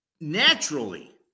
naturally